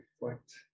reflect